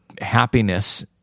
happiness